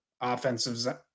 offensive